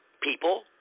people